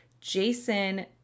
Jason